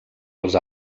als